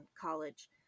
college